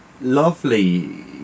lovely